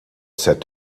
said